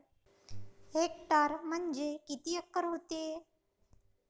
Hectare म्हणजे किती acre व्हते?